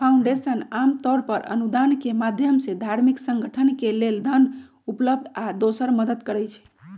foundation आमतौर पर अनुदान के माधयम से धार्मिक संगठन के लेल धन उपलब्ध आ दोसर मदद करई छई